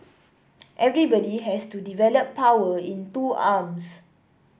everybody has to develop power in two arms